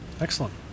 Excellent